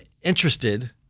interested –